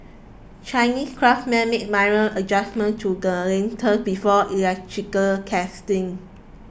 Chinese craftsmen make minor adjustments to before electrical testing